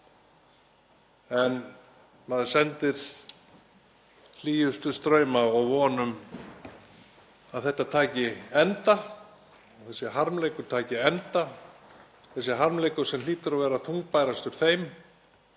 En maður sendir hlýjustu strauma og við vonum að þetta taki enda, þessi harmleikur taki enda, þessi harmleikur sem hlýtur að vera þungbærastur þeim